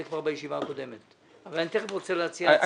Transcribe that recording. כבר בישיבה הקודמת אבל אני תכף רוצה להציע הצעה.